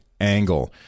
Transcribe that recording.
angle